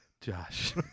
Josh